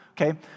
Okay